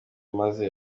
amaze